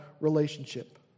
relationship